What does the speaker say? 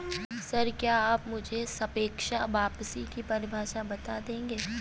Sir, क्या आप मुझे सापेक्ष वापसी की परिभाषा बता देंगे?